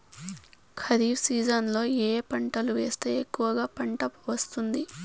ఖరీఫ్ సీజన్లలో ఏ ఏ పంటలు వేస్తే ఎక్కువగా పంట వస్తుంది?